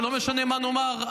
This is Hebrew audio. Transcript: לא משנה מה נאמר,